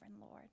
Lord